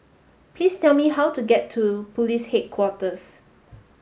please tell me how to get to Police Headquarters